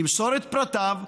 למסור את פרטיו,